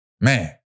Man